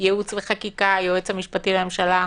ייעוץ וחקיקה, היועץ המשפטי לממשלה,